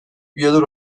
üyeler